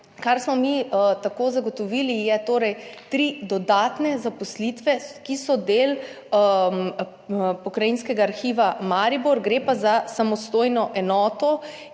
Kar smo mi tako zagotovili, so torej tri dodatne zaposlitve, ki so del Pokrajinskega arhiva Maribor, gre pa za samostojno enoto